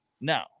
No